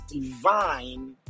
divine